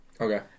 Okay